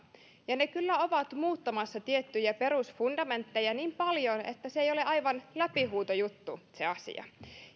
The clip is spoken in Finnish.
ja ne kyllä ovat muuttamassa tiettyjä perusfundamenttejä niin paljon että se asia ei ole aivan läpihuutojuttu